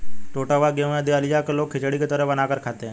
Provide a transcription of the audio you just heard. टुटा हुआ गेहूं या दलिया को लोग खिचड़ी की तरह बनाकर खाते है